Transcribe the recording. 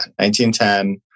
1910